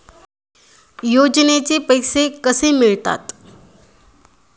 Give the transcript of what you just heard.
योजनेचे पैसे कसे मिळतात?